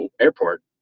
airport